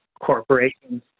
corporations